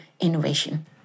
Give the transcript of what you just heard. innovation